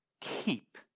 keep